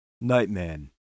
Nightman